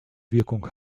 wirkung